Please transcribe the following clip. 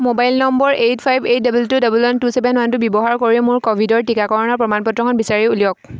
mobile number eight five eight double two double one two seven one two ব্যৱহাৰ কৰি মোৰ ক'ভিডৰ টীকাকৰণৰ প্ৰমাণপত্ৰখন বিচাৰি উলিয়াওক